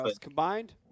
combined